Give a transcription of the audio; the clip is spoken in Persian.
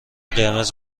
قرمز